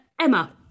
Emma